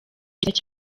cyiza